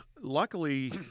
luckily